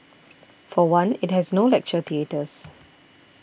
for one it has no lecture theatres